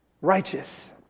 Righteous